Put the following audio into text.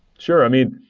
sure. i mean,